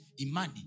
Imani